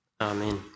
Amen